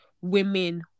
women